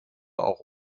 auch